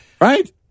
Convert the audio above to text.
right